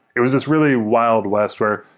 it was this really wild west where,